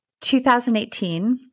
2018